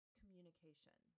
communication